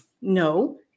no